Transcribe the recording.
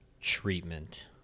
treatment